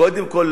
קודם כול,